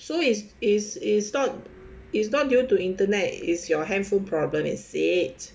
so is is is not is not due to internet is your handphone problem is it